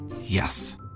Yes